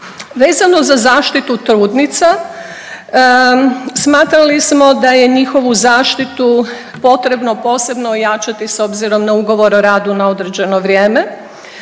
Vezano za zaštitu trudnica, smatrali smo da je njihovu zaštitu potrebno posebno ojačati s obzirom da ugovor o radu na određeno vrijeme,